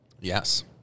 Yes